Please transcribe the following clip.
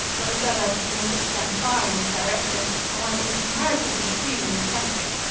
for the suburbs do not extend far in this direction and one is comparatively soon in the country.